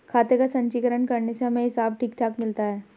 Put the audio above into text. खाते का संचीकरण करने से हमें हिसाब ठीक ठीक मिलता है